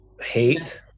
hate